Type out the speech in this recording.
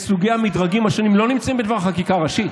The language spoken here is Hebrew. סוגי המדרגים השונים לא נמצאים בדבר חקיקה ראשית.